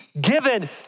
given